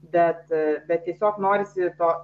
bet bet tiesiog norisi to